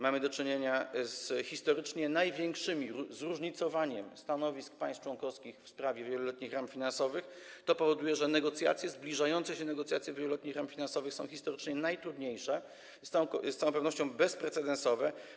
Mamy do czynienia z historycznie największym zróżnicowaniem stanowisk państw członkowskich w sprawie wieloletnich ram finansowych, co powoduje, że zbliżające się negocjacje wieloletnich ram finansowych są historycznie najtrudniejsze, z całą pewność bezprecedensowe.